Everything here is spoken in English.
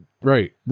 Right